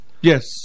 Yes